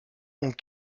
ont